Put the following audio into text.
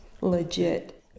legit